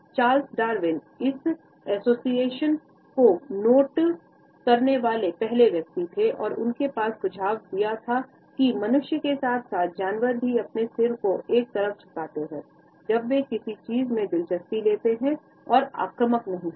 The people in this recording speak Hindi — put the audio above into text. चार्ल्स डार्विन इस एसोसिएशन को नोट करने वाले पहले व्यक्ति थे और उनके पास सुझाव दिया था कि मनुष्य के साथ साथ जानवर भी अपने सिर को एक तरफ झुकाते हैं जब वे किसी चीज़ में दिलचस्पी लेते हैं और आक्रामक नहीं होते